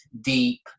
deep